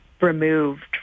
removed